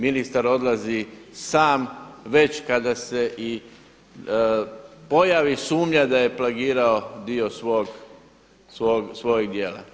Ministar odlazi sam već kada se i pojavi sumnja da je plagirao dio svog djela.